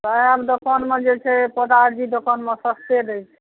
सहए दोकानमे जे छै से सरदार जी दोकानमे सस्ते दै छै